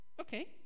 okay